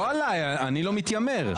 אני לא מתיימר.